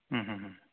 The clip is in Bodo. होम होम होम